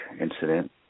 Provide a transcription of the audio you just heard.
incident